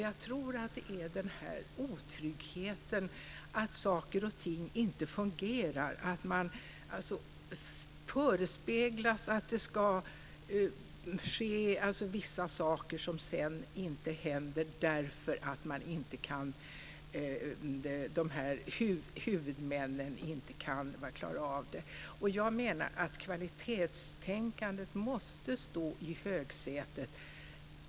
Det är fråga om en otrygghet, att saker och ting inte fungerar, att det förespeglas att vissa saker ska ske som sedan inte händer därför att huvudmännen inte klarar situationen. Jag menar att kvalitetstänkandet måste stå i högsätet.